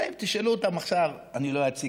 ואם תשאלו אותם עכשיו, אני לא אציק